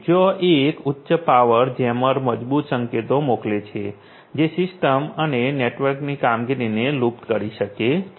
જ્યાં એક ઉચ્ચ પાવર જેમર મજબૂત સંકેતો મોકલે છે જે સિસ્ટમ અને નેટવર્કની કામગીરીને લુપ્ત કરી શકશે